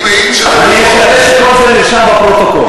אני מעיד, אני מקווה שכל זה נרשם בפרוטוקול.